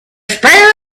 sparrow